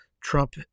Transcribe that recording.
Trump